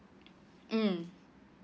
mm